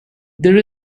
there